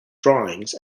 drawings